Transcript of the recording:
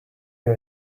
you